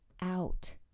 out